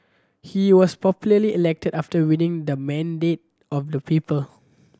he was popularly elected after winning the mandate of the people